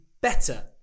better